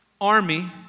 army